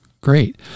great